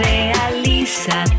Realiza